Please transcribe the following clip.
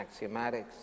axiomatics